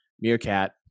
Meerkat